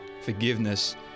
forgiveness